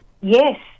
Yes